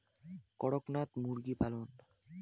করকনাথ মুরগি পালন?